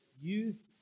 youth